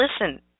listen